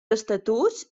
estatuts